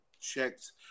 checked